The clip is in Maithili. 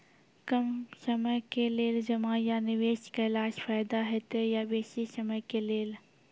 कम समय के लेल जमा या निवेश केलासॅ फायदा हेते या बेसी समय के लेल?